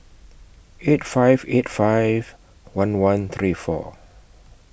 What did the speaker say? eight five eight five one one three four